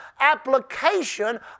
application